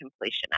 completion